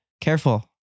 Careful